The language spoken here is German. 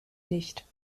nicht